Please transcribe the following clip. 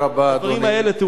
הדברים האלה טעונים בדיקה.